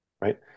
right